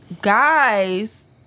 Guys